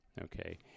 okay